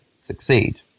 succeed